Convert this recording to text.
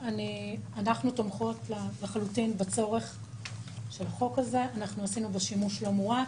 גם כן את הלחצים שהרבנים עושים לאותם גברים כדי להגיע --- רגע,